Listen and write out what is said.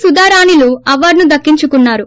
సుధారాణిలు అవార్లును దక్కించుకున్నారు